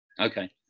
okay